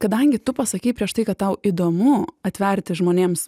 kadangi tu pasakei prieš tai kad tau įdomu atverti žmonėms